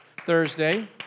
Thursday